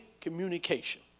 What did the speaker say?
communication